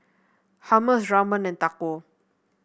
Hummus Ramen and Tacos